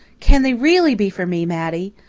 can they really be for me, mattie?